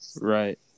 Right